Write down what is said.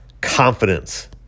Confidence